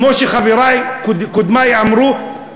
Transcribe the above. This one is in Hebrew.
כמו שקודמי אמרו,